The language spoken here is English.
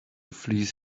fleece